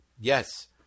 yes